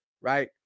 right